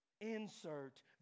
Insert